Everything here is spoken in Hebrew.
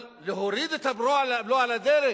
אבל להוריד את הבלו על הדלק